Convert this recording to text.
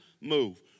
move